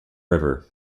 river